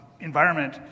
environment